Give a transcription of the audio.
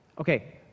Okay